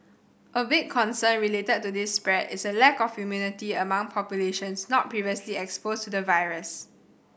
a big concern related to this spread is a lack of immunity among populations not previously exposed to the virus